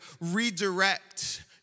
redirect